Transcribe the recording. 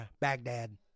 Baghdad